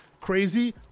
crazy